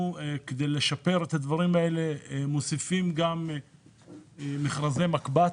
כדי לשפר את הדברים האלה אנחנו מוסיפים גם מכרזי מקב"ת.